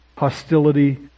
hostility